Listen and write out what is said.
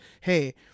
hey